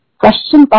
question